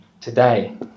Today